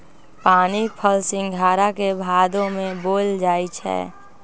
पानीफल सिंघारा के भादो में बोयल जाई छै